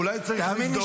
לא, הם שומעים.